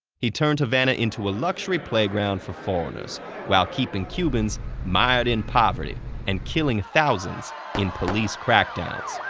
he turned havana into a luxury playground for foreigners while keeping cubans mired in poverty and killing thousands in police crackdowns.